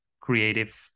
creative